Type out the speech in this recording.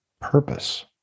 purpose